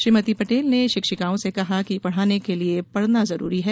श्रीमती पटेल ने शिक्षिकाओं से कहा कि पढ़ाने के लिये पढ़ना जरूरी है